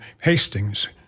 Hastings